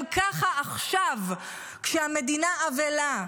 גם ככה עכשיו כשהמדינה אבלה,